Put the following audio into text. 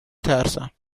ترسم